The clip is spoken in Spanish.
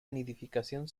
nidificación